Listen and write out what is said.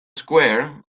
square